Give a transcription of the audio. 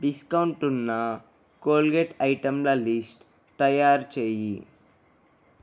discount ఉన్న Colgate ఐటెంల list తయారుచేయి